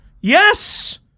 Yes